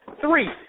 Three